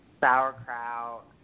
sauerkraut